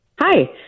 Hi